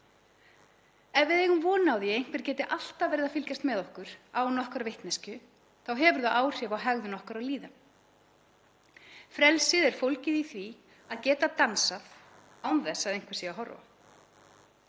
Ef við eigum von á því að einhver geti alltaf verið að fylgjast með okkur án okkar vitneskju hefur það áhrif á hegðun okkar og líðan. Frelsið er fólgið í því að geta dansað án þess að einhver sé að horfa.